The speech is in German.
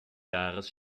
jahres